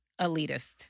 elitist